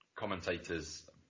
commentators